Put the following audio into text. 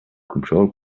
control